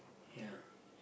ya